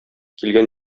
килгән